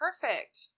perfect